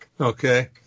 okay